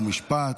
חוק ומשפט,